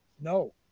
no